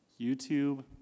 YouTube